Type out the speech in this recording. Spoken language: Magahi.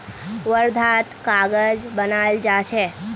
वर्धात कागज बनाल जा छे